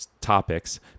topics